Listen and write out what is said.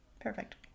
perfect